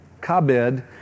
kabed